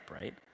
right